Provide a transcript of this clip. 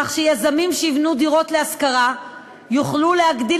כך שיזמים שיבנו דירות להשכרה יוכלו להגדיל